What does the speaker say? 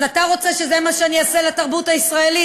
אז אתה רוצה שזה מה שאני אעשה לתרבות הישראלית?